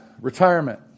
retirement